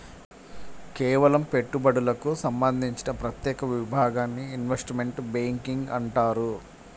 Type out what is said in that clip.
కేవలం పెట్టుబడులకు సంబంధించిన ప్రత్యేక విభాగాన్ని ఇన్వెస్ట్మెంట్ బ్యేంకింగ్ అంటారు